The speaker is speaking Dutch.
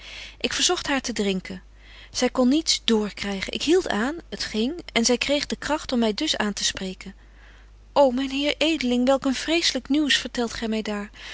ik verzogt haar te drinken zy kon niets dr krygen ik hield aan het ging en zy kreeg de kragt om my dus aantespreken ô myn heer edeling welk een vreeslyk nieuws vertelt gy my daar